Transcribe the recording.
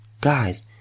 Guys